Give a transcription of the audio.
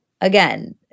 again